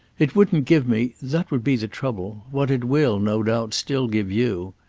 it wouldn't give me that would be the trouble what it will, no doubt, still give you.